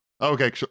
Okay